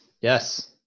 Yes